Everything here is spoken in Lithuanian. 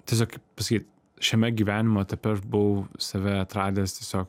tiesiog kaip pasakyt šiame gyvenimo etape aš buvau save atradęs tiesiog